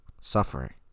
suffering